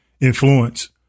influence